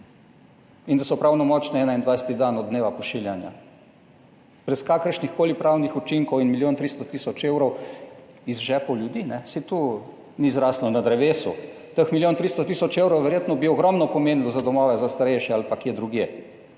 In da so pravnomočne 21. dan od dneva pošiljanja, brez kakršnihkoli pravnih učinkov in milijon 300 tisoč evrov iz žepov ljudi. Saj to ni zraslo na drevesu. Teh milijon 300 tisoč evrov, verjetno bi ogromno pomenilo za domove za starejše ali pa kje drugje,